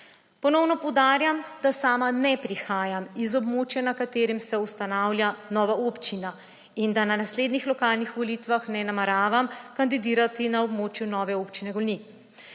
Ponovno poudarjam, da sama ne prihajam iz območja, na katerem se ustanavlja nova občina, in da na naslednjih lokalnih volitvah ne nameravam kandidirati na območju nove Občine Golnik.